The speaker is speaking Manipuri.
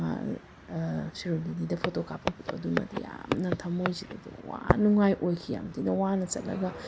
ꯁꯤꯔꯣꯏ ꯂꯤꯂꯤꯗ ꯐꯣꯇꯣ ꯀꯥꯞꯄꯛꯄꯗꯣ ꯑꯗꯨꯃꯗꯤ ꯌꯥꯝꯅ ꯊꯝꯃꯣꯏꯁꯤꯗꯗꯤ ꯋꯥꯅꯨꯡꯉꯥꯏ ꯑꯣꯏꯈꯤ ꯌꯥꯝ ꯊꯤꯅ ꯋꯥꯅ ꯆꯠꯂꯒ